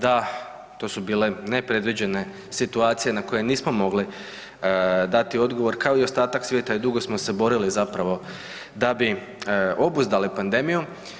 Da, to su bile nepredviđene situacije na koje nismo mogli dati odgovor kao i ostatak svijeta dugo smo se borili zapravo da bi obuzdali pandemiju.